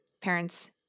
parents